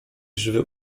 żywy